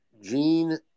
Gene